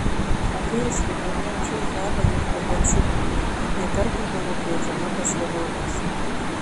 atėjus vidurnakčiui hana jau nebeatsiminė kiek kartų buvo kviečiama pas ligonius